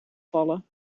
vallen